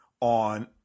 on